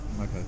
Okay